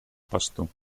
посту